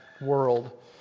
world